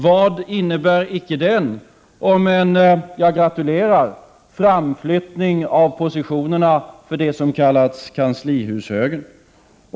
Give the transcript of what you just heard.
Vad innebär icke den om inte en framflyttning av positionerna för det som kallats kanslihushögern, vilket jag i och för sig gratulerar till.